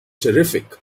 terrific